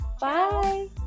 Bye